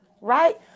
right